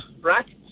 right